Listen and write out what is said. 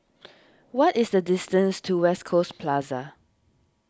what is the distance to West Coast Plaza